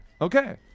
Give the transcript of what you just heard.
okay